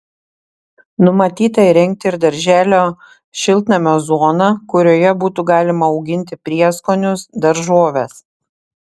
numatyta įrengti ir darželio šiltnamio zoną kurioje būtų galima auginti prieskonius daržoves